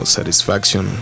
Satisfaction